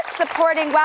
supporting